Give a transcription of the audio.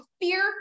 fear